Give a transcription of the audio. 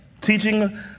Teaching